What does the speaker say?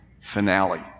finale